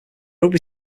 rugby